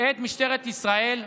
את משטרת ישראל,